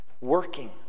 working